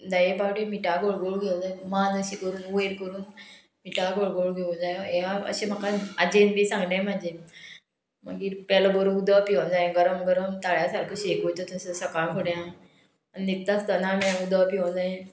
धाये फावटी मिठा गोळगोळ घेवंक जाय मान अशी करून वयर करून मिठा गोळगोळ घेवं जाय हे अशें म्हाका आजेन बी सांगले म्हाजे मागीर पेलो भर उदक पिवोंक जाय गरम गरम ताळ्या सारको शेक वयता तसो सकाळ फुडें आनी न्हिदता आसतना आमी उदक पिवोंक जाय